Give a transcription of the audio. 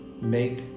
Make